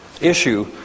issue